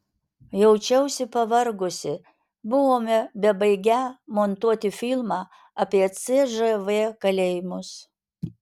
jaučiausi pavargusi buvome bebaigią montuoti filmą apie cžv kalėjimus